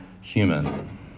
human